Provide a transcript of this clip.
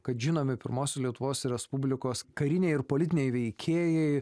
kad žinomi pirmos lietuvos respublikos kariniai ir politiniai veikėjai